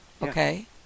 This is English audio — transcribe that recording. Okay